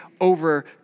over